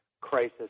crisis